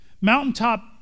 Mountaintop